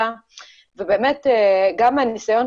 תודה, משתדלים.